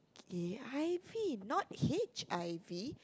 K_I_V not H_I_V